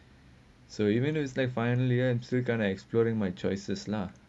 so even though it's like finally I am still gonna exploring my choices lah